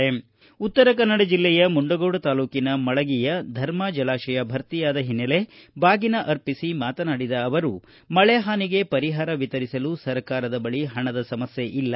ಅವರು ಉತ್ತರ ಕನ್ನಡ ಜಿಲ್ಲೆಯ ಮುಂಡಗೋಡ ತಾಲೂಕಿನ ಮಳಗಿಯ ಧರ್ಮಾ ಜಲಾಶಯ ಭರ್ತಿಯಾದ ಹಿನ್ನೆಲೆ ಬಾಗಿನ ಅರ್ಪಿಸಿ ಮಾತನಾಡಿದ ಅವರು ಮಳೆಹಾನಿಗೆ ಪರಿಹಾರ ವಿತರಿಸಲು ಸರ್ಕಾರ ಬಳಿ ಹಣದ ಸಮಸ್ಯೆ ಇಲ್ಲ